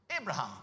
Abraham